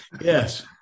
Yes